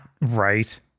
Right